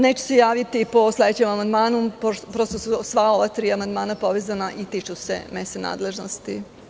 Neću se javiti po sledećem amandmanu, pošto su sva ova tri amandmana povezana i tiču se mesne nadležnosti.